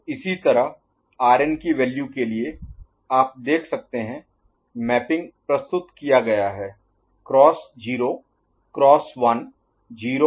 तो इसी तरह Rn की वैल्यू के लिए आप देख सकते हैं मैपिंग प्रस्तुत किया गया है क्रॉस 0 क्रॉस 1 0 1 0 0